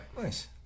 nice